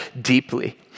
deeply